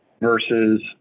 versus